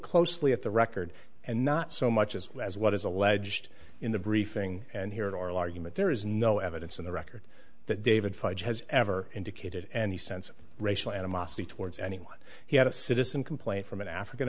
closely at the record and not so much as well as what is alleged in the briefing and here are a largemouth there is no evidence in the record that david five has ever indicated any sense of racial animosity towards anyone he had a citizen complaint from an african